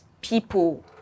people